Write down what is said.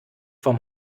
vom